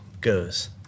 goes